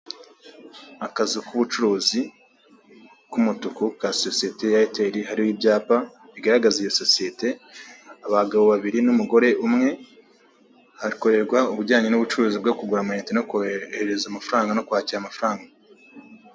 Akazi k'ubucuruzi, k'umutuku, ka sosiyete ya Eyateli, hariho ibyapa bigaragaza iyo sosiyete, abagabo babiri n'umugore umwe, hakorerwa ubujyanye n'ubucuruzi bwo kugura amainite no kohereza amafaranga no kwakira amafaranga.